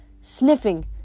sniffing